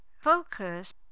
focus